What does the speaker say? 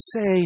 say